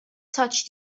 touched